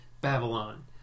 Babylon